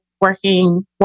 working